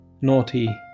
Naughty